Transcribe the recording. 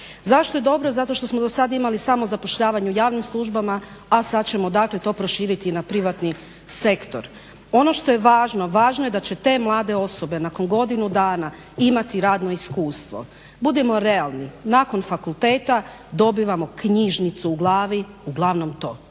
Zašto je dobro, zato što smo do sad imali samo zapošljavanje u javnim službama, a sad ćemo dakle to proširiti i na privatni sektor. Ono što je važno, važno je da će te mlade osobe nakon godinu dana imati radno iskustvo. Budimo realni, nakon fakulteta dobivamo knjižnicu u glavi, uglavnom to,